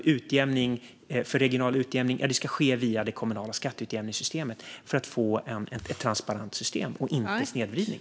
Regional utjämning ska ske via det kommunala skatteutjämningssystemet för att man ska få ett transparent system och inte snedvridning.